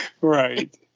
Right